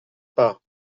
pas